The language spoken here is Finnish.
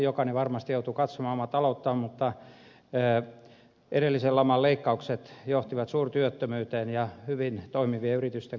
jokainen varmasti joutuu katsomaan omaa talouttaan mutta edellisen laman leikkaukset johtivat suurtyöttömyyteen ja hyvin toimivien yritysten konkurssiin